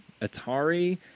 Atari